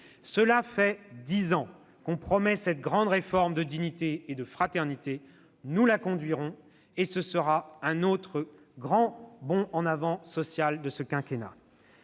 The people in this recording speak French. Cela fait dix ans qu'on promet cette grande réforme de dignité et de fraternité. Nous la conduirons, et ce sera un autre grand marqueur social de ce quinquennat-